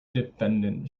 defendant